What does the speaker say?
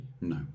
No